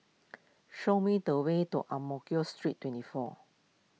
show me the way to Ang Mo Kio Street twenty four